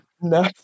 No